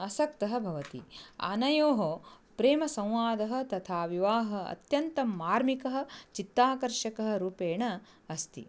आसक्तः भवति आनयोः प्रेमसंवादः तथा विवाहः अत्यन्तं मार्मिकः चित्ताकर्षकरूपेण अस्ति